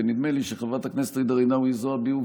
ונדמה לי שחברת הכנסת ג'ידא רינאוי זועבי,